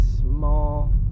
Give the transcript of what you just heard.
small